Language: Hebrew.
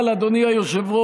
אבל, אדוני היושב-ראש,